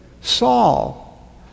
Saul